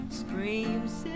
screams